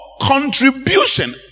contribution